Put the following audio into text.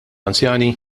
anzjani